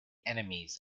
enemies